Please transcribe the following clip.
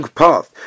path